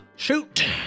shoot